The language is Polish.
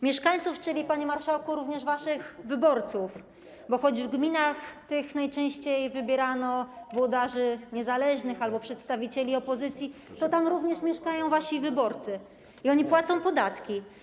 Mieszkańców, czyli, panie marszałku, również waszych wyborców, bo choć w gminach tych najczęściej wybierano włodarzy niezależnych albo przedstawicieli opozycji, to tam również mieszkają wasi wyborcy i oni płacą podatki.